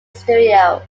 studio